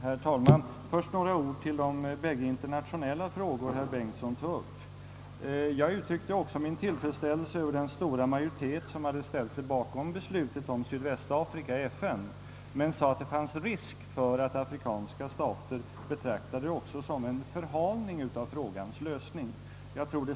Herr talman! Först vill jag säga några ord med anledning av de båda internationella frågor herr Bengtsson i Varberg tog upp. Även jag uttryckte min tillfredsställelse över att en så stor majoritet hade ställt sig bakom beslutet om Sydvästafrika i FN, men sade att det fanns risk för att afrikanska stater också betraktade beslutet som en förhalning av frågans lösning.